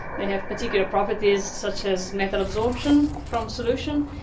they have particular properties such as metal absorption from solution.